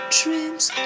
dreams